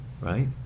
Right